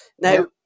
Now